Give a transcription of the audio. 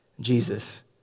Jesus